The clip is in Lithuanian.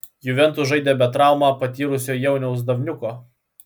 juventus žaidė be traumą patyrusio jauniaus davniuko